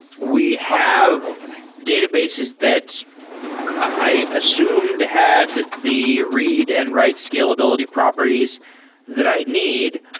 we have databases that i assumed had the read and write scalability properties that i need.